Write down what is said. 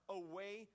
away